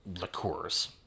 liqueurs